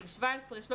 גיל 13 17,